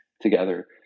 together